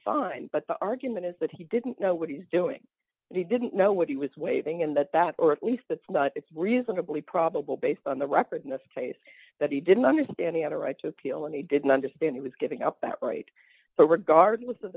fine but the argument is that he didn't know what he's doing and he didn't know what he was waiting and that that or at least that it's reasonably probable based on the record in this case that he didn't understand he had a right to appeal and he didn't understand he was giving up that right so regardless of